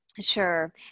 Sure